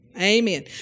Amen